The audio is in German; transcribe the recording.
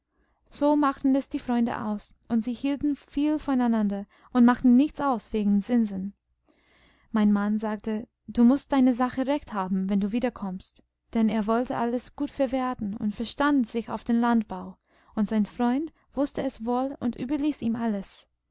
so machten es die freunde aus und sie hielten viel voneinander und machten nichts aus wegen zinsen mein mann sagte du mußt deine sache recht haben wenn du wiederkommst denn er wollte alles gut verwerten und verstand sich auf den landbau und sein freund wußte es wohl und überließ ihm alles